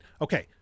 Okay